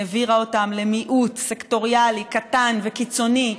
העבירה אותם למיעוט סקטוריאלי קטן וקיצוני,